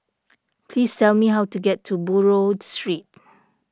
please tell me how to get to Buroh Street